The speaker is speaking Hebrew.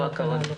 כל הכבוד.